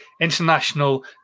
International